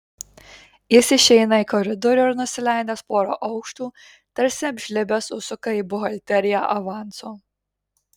jis išeina į koridorių ir nusileidęs porą aukštų tarsi apžlibęs užsuka į buhalteriją avanso